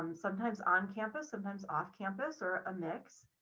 um sometimes on campus, sometimes off campus or a mix,